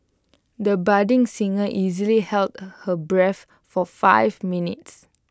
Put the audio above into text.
the budding singer easily held her breath for five minutes